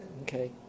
Okay